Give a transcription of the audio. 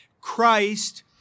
Christ